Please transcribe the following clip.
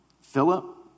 Philip